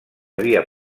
havia